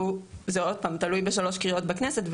שהוא עוד פעם תלוי בשלוש קריאות בכנסת,